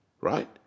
Right